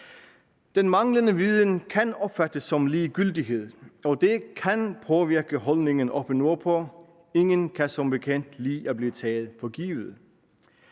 Den manglende viden kan opfattes som ligegyldighed, og det kan påvirke holdningen oppe nordpå. Ingen kan som bekendt lide at blive taget for givet.